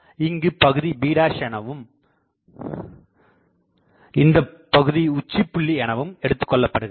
இங்கு இப்பகுதி b எனவும் இந்தப்பகுதி உச்சிபுள்ளி எனவும் எடுத்துக்கொள்ளப்படுகிறது